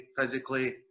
physically